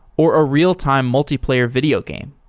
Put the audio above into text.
or a real-time multiplayer video game.